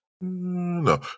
no